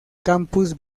campus